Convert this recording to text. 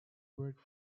worked